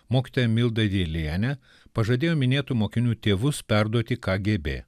mokytoja milda dilienė pažadėjo minėtų mokinių tėvus perduoti kgb